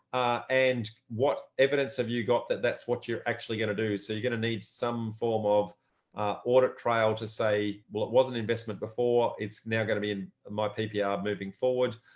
and what evidence have you got that that's what you're actually going to do? so you're going to need some form of audit trail to say, well, it wasn't investment before. it's now going to be in my ppr moving forward